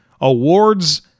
awards